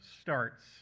starts